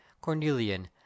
cornelian